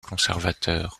conservateur